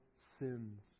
sins